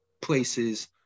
places